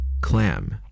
Clam